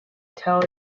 tell